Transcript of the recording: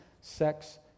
sex